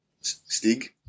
Stig